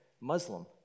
Muslim